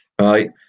right